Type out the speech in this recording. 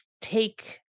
take